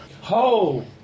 Ho